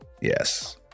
yes